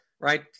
right